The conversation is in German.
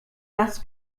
das